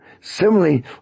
Similarly